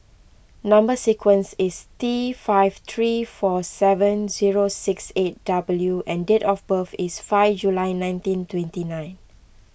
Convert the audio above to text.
Number Sequence is T five three four seven zero six eight W and date of birth is five July nineteen twenty nine